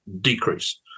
decrease